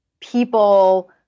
people